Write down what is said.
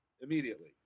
immediately